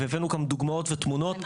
והבאנו גם דוגמאות ותמונות,